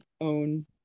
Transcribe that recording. own